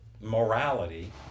morality